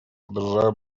подражая